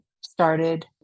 started